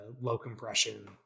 low-compression